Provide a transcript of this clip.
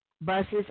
buses